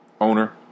owner